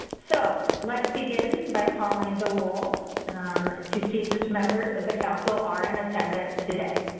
so, let's begin by calling the role to see which members of the council are in attendance. today.